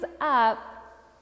up